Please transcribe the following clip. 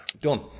Done